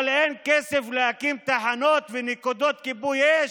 אבל אין כסף להקים תחנות ונקודות כיבוי אש.